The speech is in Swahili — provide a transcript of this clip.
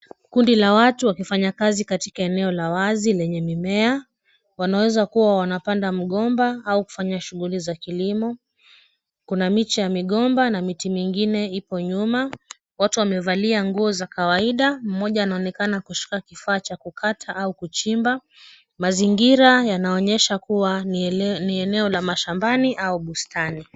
Kundi la watu wakifanya kazi katika eneo la wazi lenye mimea. Wanaweza kuwa wanapanda mgomba au kufanya shughuli za kilimo. Kuna miche ya migomba na miti mingine ipo nyuma. Watu wamevalia nguo za kawaida. Mmoja anaonekana kushika kifaa cha kukata au kuchimba. Mazingira yanaonyesha kuwa ni eneo la mashambani au bustani.